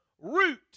root